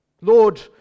Lord